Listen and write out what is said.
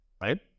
right